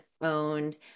owned